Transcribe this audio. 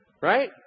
Right